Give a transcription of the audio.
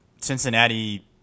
Cincinnati